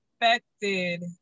affected